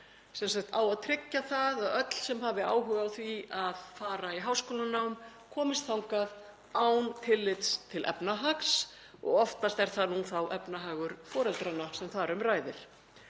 sem sagt að tryggja það að öll sem hafi áhuga á því að fara í háskólanám komist þangað án tillits til efnahags og oftast er það nú þá efnahagur foreldranna sem þar um ræðir.